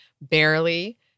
barely